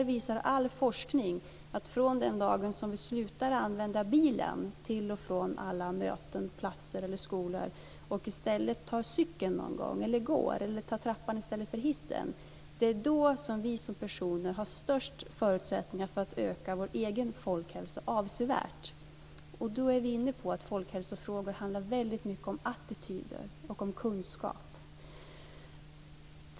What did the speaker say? All forskning visar att från den dag vi slutar använda bilen till och från alla möten, platser eller skolor och i stället tar cykeln någon gång eller går och tar trappan i stället för hissen har vi som personer störst förutsättningar att öka vår egen hälsa avsevärt. Då är vi inne på att folkhälsofrågor väldigt mycket handlar om attityder och om kunskap.